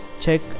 check